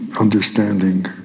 understanding